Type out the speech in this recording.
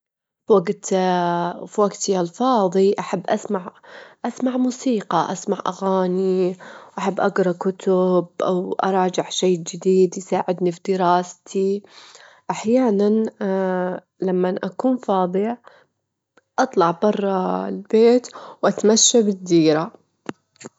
أكبر مشكلة اليوم تواجه العالم، إهي مشكلة التغيرات المناخية؛ لأن تأثيرها على البيئة ممكن إنه يكون كارثي، وإهي تحتاج للتعاون الدولي علشان نجدر نواجهها، نتغلب عليها.